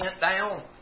down